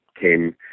came